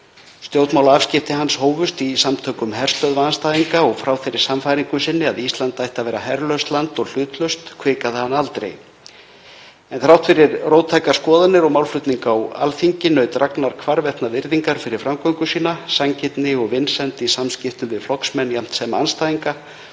Stjórnmálaafskipti hans hófust í Samtökum herstöðvaandstæðinga og frá þeirri sannfæringu sinni að Ísland ætti að vera herlaust og hlutlaust hvikaði hann aldrei. En þrátt fyrir róttækar skoðanir og málflutning á Alþingi naut Ragnar hvarvetna virðingar fyrir framgöngu sína, sanngirni og vinsemd í samskiptum við flokksmenn jafnt sem andstæðinga